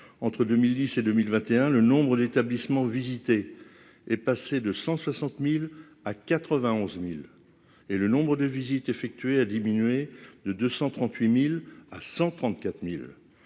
entre 2010 et 2021 le nombre d'établissements visités est passé de 160000 à 91000, et le nombre de visites effectuées a diminué de 238000 à 134000,